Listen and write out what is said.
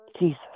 Jesus